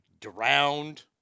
drowned